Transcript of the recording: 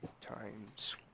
times